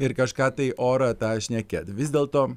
ir kažką tai orą tą šnekėt vis dėlto